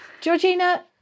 Georgina